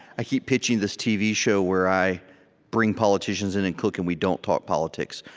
i keep pitching this tv show where i bring politicians in and cook, and we don't talk politics.